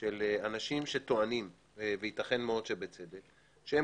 של אנשים שטוענים - וייתכן מאוד שבצדק שהם